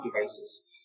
devices